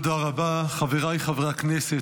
חבריי חברי הכנסת,